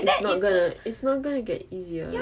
it's not gonna it's not gonna get easier